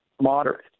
moderate